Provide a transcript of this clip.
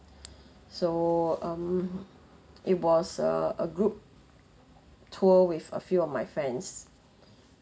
so um it was a a group tour with a few of my friends